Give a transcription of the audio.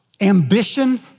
ambition